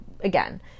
again